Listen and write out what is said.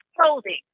clothing